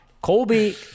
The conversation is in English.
Colby